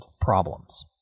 problems